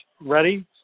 ready